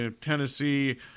Tennessee